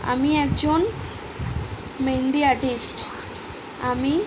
আমি একজন মেহেন্দি আর্টিস্ট আমি